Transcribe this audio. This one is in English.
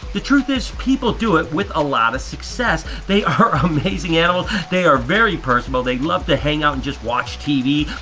the truth is people do it with a lot of success. they are amazing animals. they are very personable. they love to hang out and just watch tv.